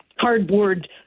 cardboard